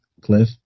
Cliff